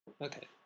Okay